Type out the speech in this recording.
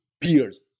peers